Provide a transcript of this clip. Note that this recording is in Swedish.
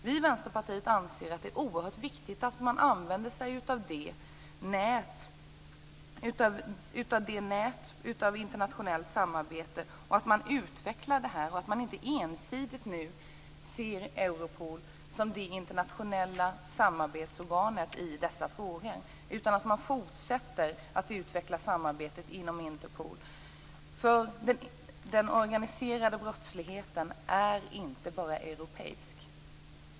Vi i Vänsterpartiet anser att det är oerhört viktigt att man använder sig av och utvecklar nätet av internationellt samarbete. Man skall inte ensidigt se Europol som det enda internationella samarbetsorganet i dessa frågor. Man måste fortsätta att utveckla samarbetet inom Den organiserade brottsligheten är inte bara europeisk.